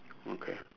okay